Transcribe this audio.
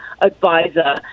advisor